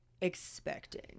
expecting